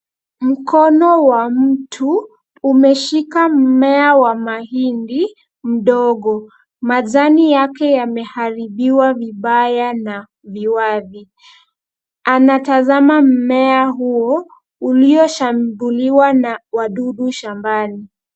Mkono wa mtu umeshika mmea wa mahindi mdogo. Majani yake yameharibiwa vibaya na viwavi. Anatazama mmea huo ulioshambuliwa na wadudu shambani.